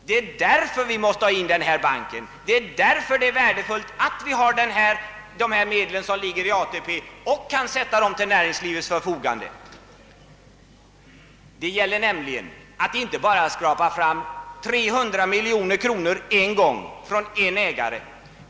Det är därför vi måste ha denna bank och på det sättet kunna ställa de medel som ligger i ATP till näringslivets förfogande. Det gäller nämligen inte bara att en gång skapa fram 300 miljoner kronor från en ägare.